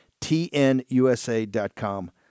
TNUSA.com